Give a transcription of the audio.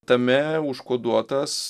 tame užkoduotas